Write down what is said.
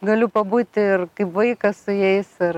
galiu pabūti ir kaip vaikas su jais ir